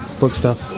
book stuff.